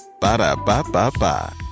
Ba-da-ba-ba-ba